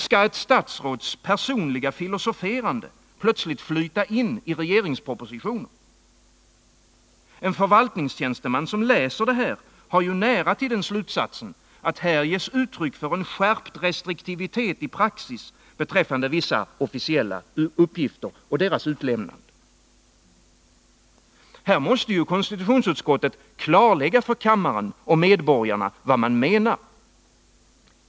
Skall ett statsråds personliga filosoferande plötsligt flyta in i propositioner? En förvaltningstjänsteman som läser det här har ju nära till slutsatsen, att här ges uttryck för en skärpt restriktivitet i praxis beträffande vissa officiella uppgifter och deras utlämnande. Här måste ju konstitutionsutskottet klarlägga för kammaren och medborgarna vad man menar.